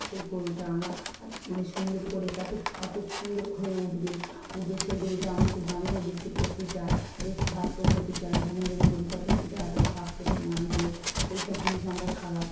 সেই গরুটা আমরা মানে সুন্দর করে এত এত সুন্দর হয়ে উঠবে উঠবে সেই গরুটা আমরা সেই দামেও বিক্রি করতে চাই বেশি স্বাস্থ্য হতে চাই যেন যেন গরুটা বেশি তাড়াতাড়ি স্বাস্থ্যবান হোক সেই সব জিনিস আমরা খাওয়াই